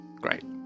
Great